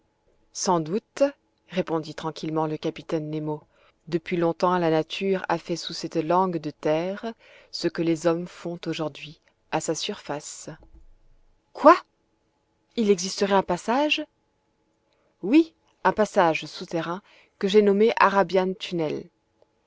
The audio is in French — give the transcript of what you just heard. sans doute répondit tranquillement le capitaine nemo depuis longtemps la nature a fait sous cette langue de terre ce que les hommes font aujourd'hui à sa surface quoi il existerait un passage oui un passage souterrain que j'ai nommé arabian tunnel